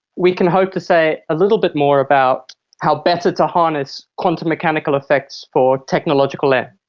we can hope to say a little bit more about how better to harness quantum mechanical effects for technological end.